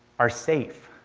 are safe.